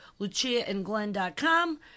luciaandglenn.com